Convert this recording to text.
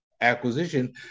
acquisition